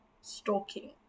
stalking